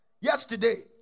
yesterday